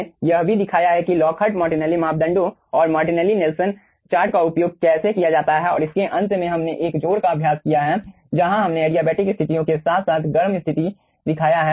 हमने यह भी दिखाया है कि लॉकहार्ट मार्टिनेली मापदंडों और मार्टेली नेल्सन चार्ट का उपयोग कैसे किया जाता है और इसके अंत में हमने एक जोड़ का अभ्यास किया है जहां हमने एडियाबेटिक स्थितियों के साथ साथ गर्म स्थिति दिखाया है